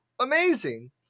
amazing